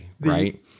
right